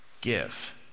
give